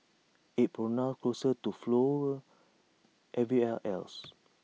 IT pronounced closer to 'flower' everywhere else